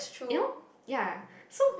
you know ya so